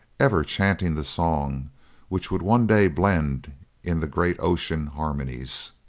ever chanting the song which would one day blend in the great ocean harmonies.